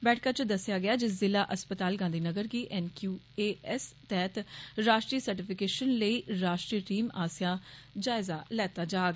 बैठका च दस्सेआ गेआ जे जिला अस्पताल गांधी नगर गी एनक्यूएएस तैहत राष्ट्री सर्टिफिकेशन लेई राष्ट्रीय टीम आस्सेआ जायजा लैता जाग